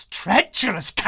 treacherous